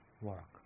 work